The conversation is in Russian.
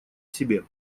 себе